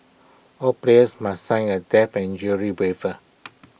all players must sign A death and injury waiver